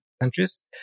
countries